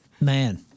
Man